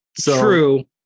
True